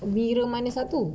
bila mana satu